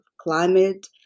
climate